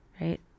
right